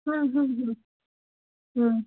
হুম হুম হুম হুম